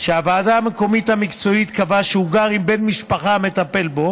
שהוועדה המקומית המקצועית קבעה שהוא גר עם בן משפחה המטפל בו